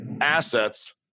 assets